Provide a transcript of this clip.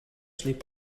sliep